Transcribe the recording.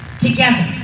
together